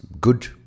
good